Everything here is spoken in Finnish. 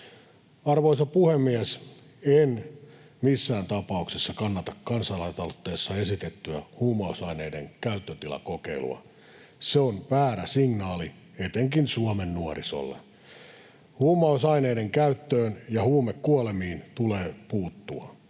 Arvoisa puhemies! En missään tapauksessa kannata kansalaisaloitteessa esitettyä huumausaineiden käyttötilakokeilua. Se on väärä signaali etenkin Suomen nuorisolle. Huumausaineiden käyttöön ja huumekuolemiin tulee puuttua.